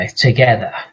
together